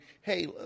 hey